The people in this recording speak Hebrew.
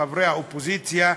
חברי האופוזיציה,